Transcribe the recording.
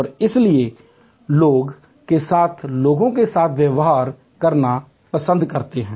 और इसलिए लोग लोगों के साथ व्यवहार करना पसंद करते हैं